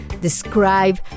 describe